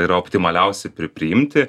yra optimaliausi pri primti